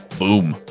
boom.